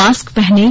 mask पहनें